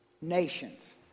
nations